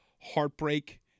heartbreak